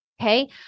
Okay